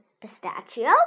pistachio